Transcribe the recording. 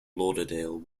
lauderdale